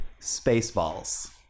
Spaceballs